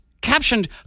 captioned